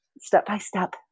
step-by-step